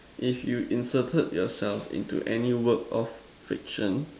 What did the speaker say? if you inserted yourself into any work of fiction